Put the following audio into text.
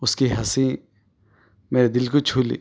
اس کی ہنسی میرے دل کو چھو لی